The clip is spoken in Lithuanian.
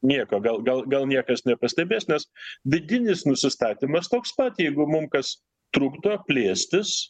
nieko gal gal gal niekas nepastebės nes vidinis nusistatymas toks pat jeigu mum kas trukdo plėstis